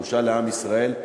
בושה לעם ישראל,